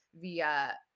via